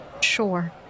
Sure